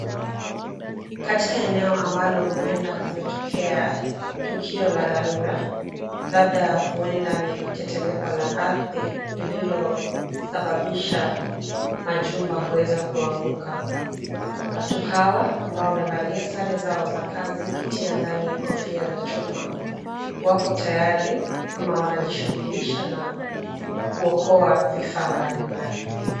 Katika eneo ambalo huenda kumetokea tukio la dharura labda huenda ni tetemeko la ardhi lililosababisha majumba kuweza kuanguka ,watu hawa ambao wamevalia sare zao za kazi kiti ya ndani kofia za chuma wako tayari ama wanajishughulisha na kuokoa vifaa mbalimbali.